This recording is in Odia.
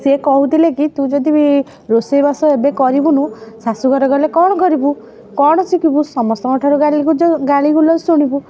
ସେ କହୁଥିଲେ କି ତୁ ଯଦି ରୋଷେଇ ବାସ ଏବେ କରିବୁନି ଶାଶୁ ଘରେ ଗଲେ କ'ଣ କରିବୁ କ'ଣ ଶିଖିବୁ ସମସ୍ତଙ୍କ ଠାରୁ ଗାଳି ଗାଳି ଗୁଲଜ ଶୁଣିବୁ